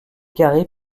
carrés